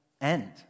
end